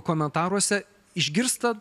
komentaruose išgirsta